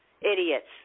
Idiots